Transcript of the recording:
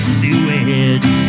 sewage